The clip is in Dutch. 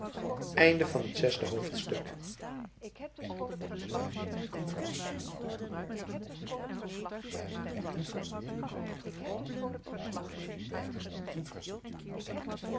in het zesde